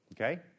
Okay